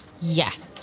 Yes